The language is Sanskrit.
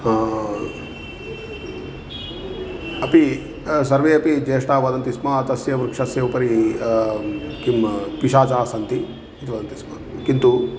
अपि सर्वे अपि ज्येष्ठाः वदन्ति स्म तस्य वृक्षस्य उपरि किं पिशाचाः सन्ति इति वदन्ति स्म किन्तु